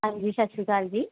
ਹਾਂਜੀ ਸਤਿ ਸ਼੍ਰੀ ਅਕਾਲ ਜੀ